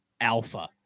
alpha